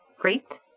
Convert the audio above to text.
great